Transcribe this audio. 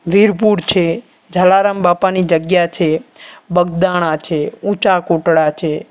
વિરપુર છે જલારામ બાપાની જગ્યા છે બગદાણા છે ઊંચા કોટળા છે